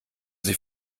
sie